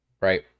right